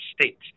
States